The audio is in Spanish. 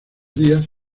días